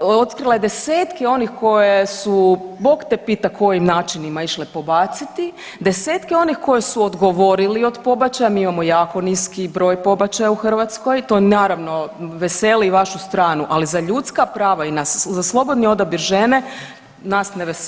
otkrila je desetke onih koje su Bog te pita kojim načinima išle pobaciti, desetke onih koje su odgovorili od pobačaja, mi imamo jako niski broj pobačaja u Hrvatskoj, to naravno, veseli i vašu stranu, ali za ljudska prava i za slobodni odabir žene, nas ne veseli.